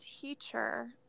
teacher